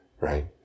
Right